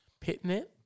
Pitnet